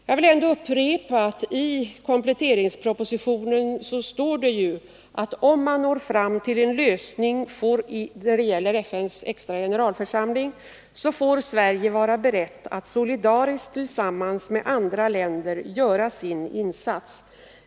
Jag vill ändå upprepa att i kompletteringspropositionen står om FN:s extra generalförsamling: ”Om man når fram till en lösning får Sverige vara berett att solidariskt tillsammans med andra länder göra sin insats.